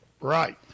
Right